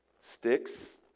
sticks